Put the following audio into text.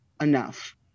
enough